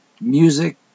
music